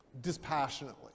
dispassionately